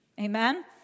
Amen